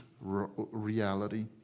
reality